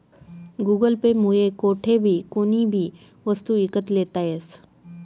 Google Pay मुये कोठेबी कोणीबी वस्तू ईकत लेता यस